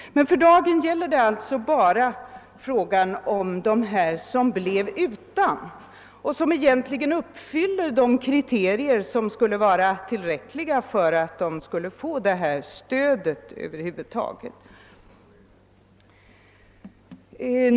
Men för dagen gäller det som sagt bara de människor som blivit ställda utanför rätten att göra det avdrag som vi här talar om och som egentligen uppfyller de kriterier som borde vara tillräckliga för att de skulle få detta stöd.